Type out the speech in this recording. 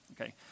Okay